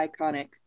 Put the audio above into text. iconic